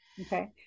Okay